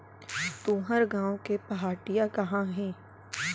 तुंहर गॉँव के पहाटिया कहॉं हे?